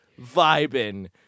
vibing